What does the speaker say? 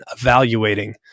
evaluating